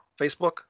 Facebook